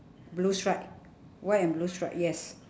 blue stripe white and blue stripe yes